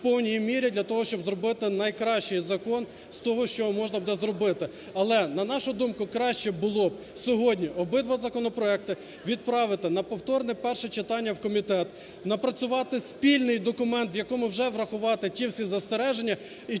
повній мірі для того, щоб зробити найкращий закон з того, що можна буде зробити. Але, на нашу думку, краще було б сьогодні обидва законопроекти відправити на повторне перше читання в комітет, напрацювати спільний документ, в якому вже врахувати ті всі застереження, і